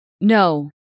No